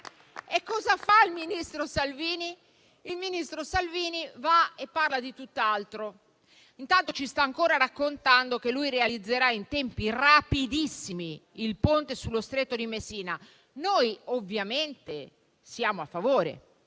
E cosa fa il ministro Salvini? Va a parlare di tutt'altro e intanto ci sta ancora raccontando che realizzerà in tempi rapidissimi il ponte sullo Stretto di Messina. Noi ovviamente siamo a favore